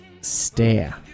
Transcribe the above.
stare